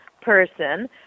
person